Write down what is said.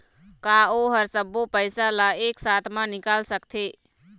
का ओ हर सब्बो पैसा ला एक साथ म निकल सकथे?